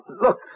Look